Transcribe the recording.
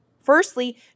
Firstly